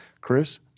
Chris